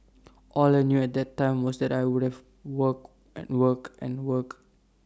all I knew at that time was that I would have work and work and work